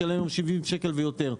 משלם 70 שקלים ויותר.